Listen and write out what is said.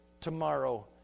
tomorrow